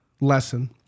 lesson